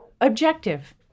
objective